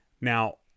Now